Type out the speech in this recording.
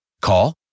Call